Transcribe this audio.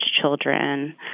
children